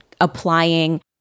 applying